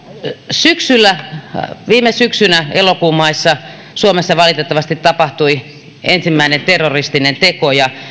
viime syksynä elokuun maissa suomessa valitettavasti tapahtui ensimmäinen terroristinen teko ja